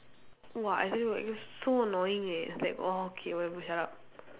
!wah! I tell you it's so annoying eh it's like orh okay whatever shut up